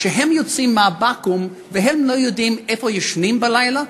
וכשהם יוצאים מהבקו"ם הם לא יודעים איפה הם ישנים בלילה,